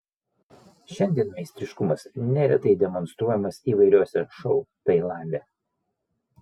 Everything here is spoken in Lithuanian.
šiandien meistriškumas neretai demonstruojamas įvairiuose šou tailande